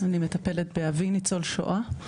אני מטפלת באבי, ניצול שואה.